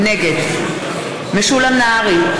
נגד משולם נהרי,